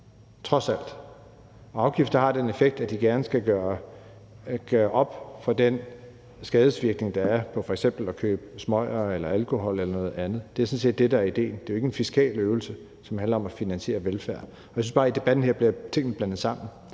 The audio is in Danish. trods alt. Afgifter har den effekt, at de gerne skal gøre op for den skadevirkning, der er ved f.eks. at købe smøger eller alkohol eller noget andet. Det er sådan set det, der er idéen. Det er jo ikke en fiskal øvelse, som handler om at finansiere velfærden. Jeg synes bare, at i debatten her bliver tingene blandet sammen,